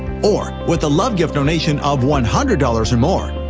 or with a love gift donation of one hundred dollars or more,